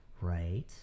right